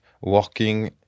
working